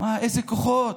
איזה כוחות,